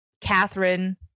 Catherine